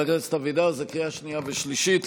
זו קריאה שנייה ושלישית.